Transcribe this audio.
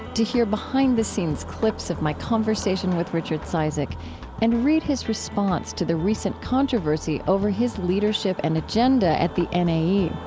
to hear behind-the-scenes clips of my conversation with richard cizik and read his response to the recent controversy over his leadership and agenda at the nae.